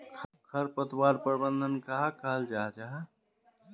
खरपतवार प्रबंधन कहाक कहाल जाहा जाहा?